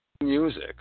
Music